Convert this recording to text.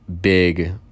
Big